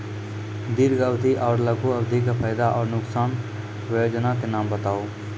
दीर्घ अवधि आर लघु अवधि के फायदा आर नुकसान? वयोजना के नाम बताऊ?